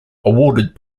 awarded